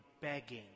begging